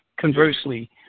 conversely